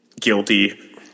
guilty